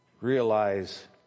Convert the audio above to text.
Realize